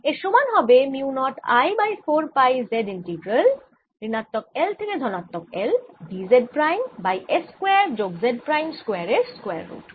এর সমান হবে mu naught I by 4 pi Z integral ঋণাত্মক L থেকে ধনাত্মক L d Z prime by S square যোগ Z প্রাইম স্কয়ার এর স্কয়ার রুট